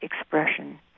expression